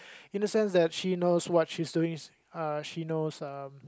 in a sense that she knows what she's doing uh she knows um